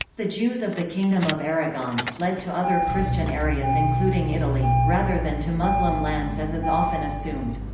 the jews of the kingdom of aragon fled to other christian areas including italy, rather than to muslim lands as is often assumed.